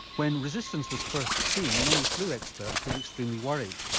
when resistance was first seen many flu experts were extremely worried.